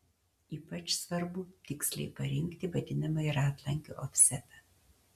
ypač svarbu tiksliai parinkti vadinamąjį ratlankio ofsetą